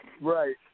Right